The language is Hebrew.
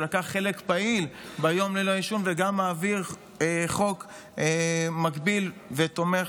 שלקח חלק פעיל ביום ללא עישון וגם מעביר חוק מקביל ותומך,